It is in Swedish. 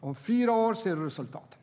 Om fyra år ser du resultatet.